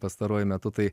pastaruoju metu tai